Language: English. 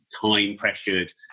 time-pressured